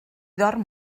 dorm